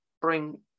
bring